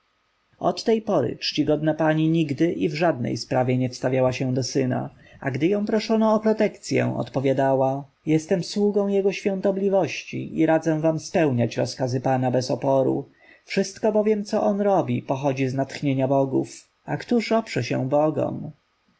od tej pory czcigodna pani nigdy i w żadnej sprawie nie wstawiała się do syna a gdy ją proszono o protekcję odpowiadała jestem sługą jego świątobliwości i radzę wam spełniać rozkazy pana bez oporu wszystko bowiem co on robi pochodzi z natchnienia bogów a któż oprze się bogom